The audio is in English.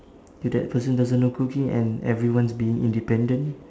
if that person doesn't know cooking and everyone is being independent